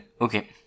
Okay